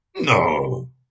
No